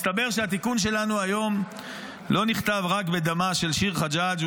מסתבר שהתיקון שלנו היום לא נכתב רק בדמה של שיר חג'ג'.